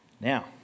now